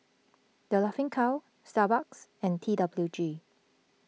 the Laughing Cow Starbucks and T W G